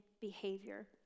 behavior